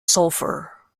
sulphur